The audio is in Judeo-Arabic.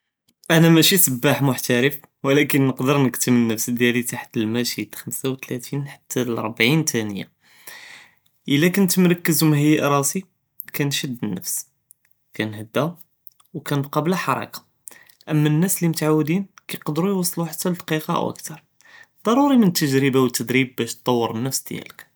אנא משי סַבָּאח מֻחְתָרַף ולכּן נַקְדַר נְקַתֶּם נַפְס דִיַאלִי תַחת אלמא שִי דְחַמְסֶה וְתְלָאת עֶשְרִין חַתּא לְרְבּעִין תַאנִיָה, אִלָּא כּוּنت מוֹרְכַּז וּמְהַיַא רַאסִי כַּנְשַד נַפְס, כַּנְהַדָּא וְכַנְבְּקִי בּלָא חָרְכָּה, אִמָּא אלנּאס לי מְתְעוּדִין כַּיְקְדְרוּ יוּוְסְלוּ חַתּא לְדַקִּיקָה אוֹ אֻכְתַּר, דַרּוּרִי מִן אלתַגْרִיבָה וּתְדְרִיבּ בַּאש תְּטַוַּר אלנַפְס דִיַאלְכּ.